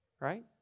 right